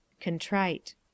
Contrite